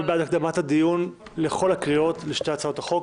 מי בעד הקדמת הדיון לכל הקריאות לשתי הצעות החוק?